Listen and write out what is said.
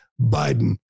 Biden